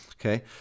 Okay